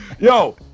Yo